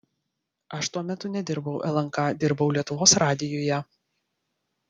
aš tuo metu nedirbau lnk dirbau lietuvos radijuje